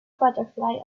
butterfly